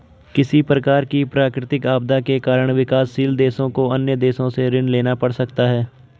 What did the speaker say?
किसी प्रकार की प्राकृतिक आपदा के कारण विकासशील देशों को अन्य देशों से ऋण लेना पड़ सकता है